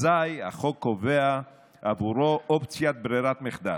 אזי החוק קובע בעבורו אופציית ברירת מחדל: